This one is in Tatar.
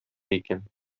икән